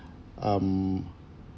um